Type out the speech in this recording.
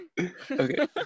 Okay